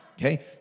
Okay